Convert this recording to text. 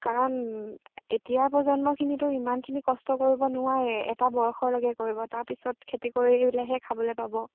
কাৰণ এতিয়াৰ প্ৰজন্মখিনিতো ইমানখিনি কষ্ট কৰিব নোৱাৰে এটা বয়সলৈকে কৰিব তাৰপিছত খেতি কৰি ল'লেহে খাবলৈ পাব